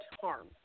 harm